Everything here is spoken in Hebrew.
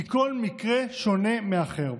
כי כל מקרה שונה מאחר.